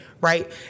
Right